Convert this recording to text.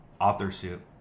authorship